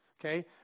okay